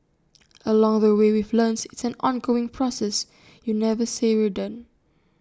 along the way we've learnt it's an ongoing process you never say we're done